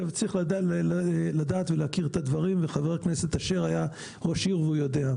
צריך לדעת ולהכיר את הדברים וח"כ אשר היה ראש עיר והוא יודע.